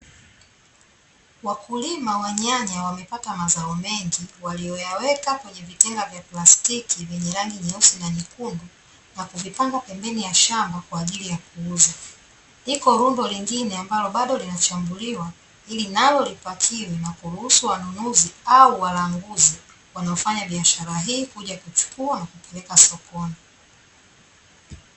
Wakulima wa nyanya wamepata mazao mengi waliyoyaweka kwenye vitenga vya plastiki vyenye rangi nyeusi na nyekundu, na kuvipanga pembeni ya shamba kwa ajili ya kuuza. Liko rundo lingine ambalo bado linachambuliwa, ili nalo lipakiwe na kuruhusu wanunuzi au walanguzi wanaofanya biashara hii kuja kuchukua na kupeleka sokoni.